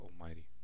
Almighty